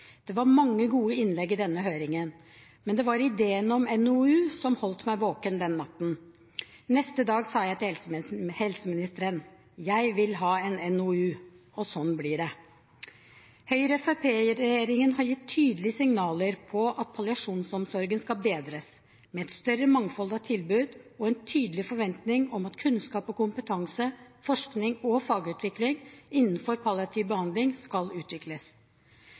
Det var mange gode innlegg i denne høringen, men det var ideen om NOU som holdt meg våken den natten. Neste dag sa jeg til helseministeren: Jeg vil ha en NOU. Og sånn blir det. Høyre–Fremskrittsparti-regjeringen har gitt tydelige signaler om at palliasjonsomsorgen skal bedres, med et større mangfold av tilbud og en tydelig forventning om at kunnskap og kompetanse, forskning og fagutvikling innenfor palliativ behandling skal utvikles.